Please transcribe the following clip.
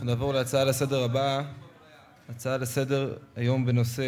נעבור להצעות לסדר-היום מס'